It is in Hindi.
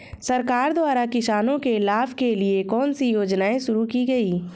सरकार द्वारा किसानों के लाभ के लिए कौन सी योजनाएँ शुरू की गईं?